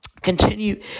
continue